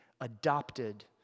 adopted